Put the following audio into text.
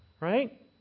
right